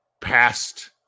past